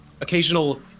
Occasional